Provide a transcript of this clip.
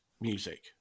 music